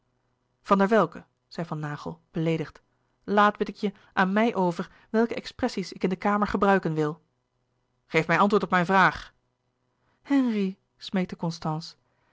van der welcke zei van naghel beleedigd laat bid ik je aan mij over welke louis couperus de boeken der kleine zielen expressies ik in de kamer gebruiken wil geef mij antwoord op mijn vraag henri smeekte constance